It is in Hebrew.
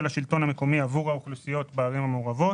השלטון המקומי עבור האוכלוסיות בערים המעורבות.